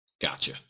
Gotcha